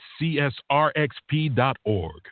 csrxp.org